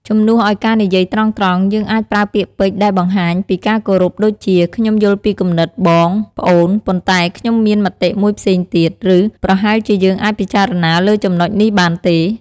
ជំនួសឲ្យការនិយាយត្រង់ៗ យើងអាចប្រើពាក្យពេចន៍ដែលបង្ហាញពីការគោរព ដូចជា "ខ្ញុំយល់ពីគំនិតបង/ប្អូន ប៉ុន្តែខ្ញុំមានមតិមួយផ្សេងទៀត" ឬ "ប្រហែលជាយើងអាចពិចារណាលើចំណុចនេះបានទេ?"។